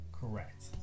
correct